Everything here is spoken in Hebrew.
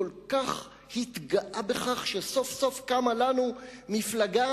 כל כך התגאה בכך שסוף-סוף קמה לנו מפלגה